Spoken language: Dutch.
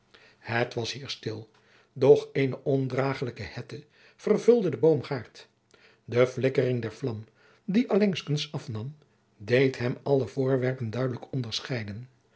het was hier stil doch eene ondragelijke hette vervulde de boomgaard de flikkering der vlam die allengskens afnam deed hem alle voorwerpen duidelijk onderscheiden